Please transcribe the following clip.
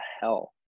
hell